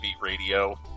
radio